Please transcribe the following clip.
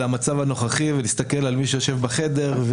המצב הנוכחי ולהסתכל על מי שיושב בחדר.